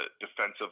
defensive